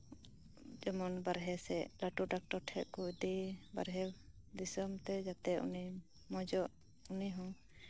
ᱩᱱᱤ ᱫᱚ ᱡᱮᱢᱚᱱ ᱵᱟᱦᱨᱮ ᱥᱮᱫ ᱞᱟᱹᱴᱩ ᱰᱟᱠᱴᱚᱨ ᱴᱷᱮᱱ ᱡᱮᱢᱚᱱ ᱠᱚ ᱤᱫᱤ ᱵᱟᱦᱨᱮ ᱫᱤᱥᱚᱢᱛᱮ ᱡᱟᱛᱮ ᱩᱱᱤ ᱢᱚᱸᱡᱽ ᱚᱜ ᱩᱱᱤᱦᱚᱸ